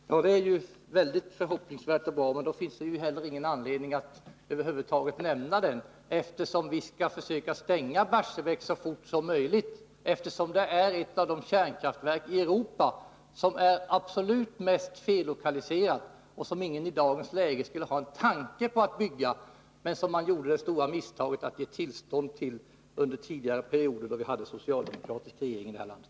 Fru talman! Det är ju väldigt hoppingivande och bra, men då finns det heller ingen anledning att över huvud taget nämna saken, eftersom vi skall försöka stänga Barsebäck så fort som möjligt. Det är nämligen ett av de kärnkraftverk i Europa som är absolut mest fellokaliserade. Ingen skulle i dagens läge ha en tanke på att bygga det, men man gjorde det stora misstaget att ge tillstånd till det under tidigare perioder, då vi hade en socialdemokratisk regering i det här landet.